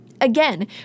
Again